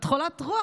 את חולת רוח.